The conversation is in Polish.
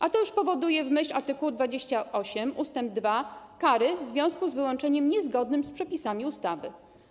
A to już powoduje w myśl art. 28 ust. 2 kary w związku z wyłączeniem niezgodnym z przepisami ustawy.